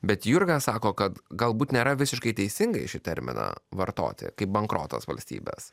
bet jurga sako kad galbūt nėra visiškai teisingai šį terminą vartoti kaip bankrotas valstybės